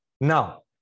Now